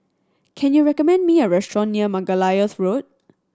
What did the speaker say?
can you recommend me a restaurant near Margoliouth Road